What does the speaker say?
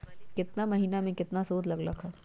केतना महीना में कितना शुध लग लक ह?